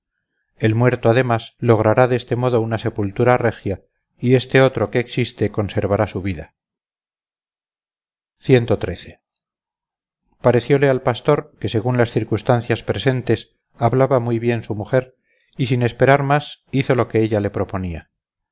el muerto además logrará de este modo una sepultura regia y este otro que existe conservará su vida parecióle al pastor que según las circunstancias presentes hablaba muy bien su mujer y sin esperar más hizo lo que ella le proponía